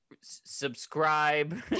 subscribe